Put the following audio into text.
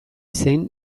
zen